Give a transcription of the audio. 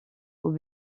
aux